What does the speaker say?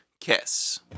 Kiss